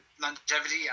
longevity